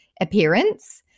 appearance